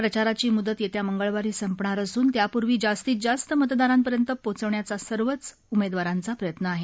प्रचाराची मुदत येत्या मंगळवारी संपणार असून त्यापूर्वी जास्तीत जास्त मतदारांपर्यंत पोचवण्याचा सर्वच उमेदवारांचा प्रयत्न आहे